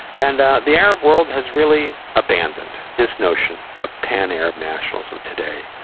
and the arab world has really abandoned this notion of pan-arab nationalism today.